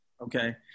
Okay